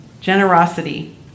generosity